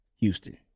Houston